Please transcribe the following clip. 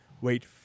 Wait